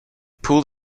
pulled